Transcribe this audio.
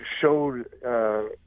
showed